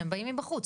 שהם באים מבחוץ,